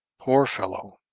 poor fellow!